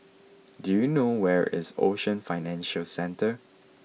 do you know where is Ocean Financial Centre